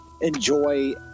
enjoy